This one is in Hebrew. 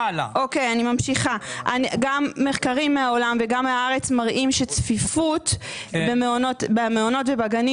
גם מחקרים מהעולם וגם מהארץ מראים שצפיפות במעונות ובגנים